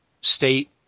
state